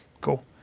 cool